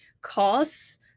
costs